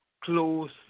close